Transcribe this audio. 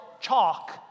chalk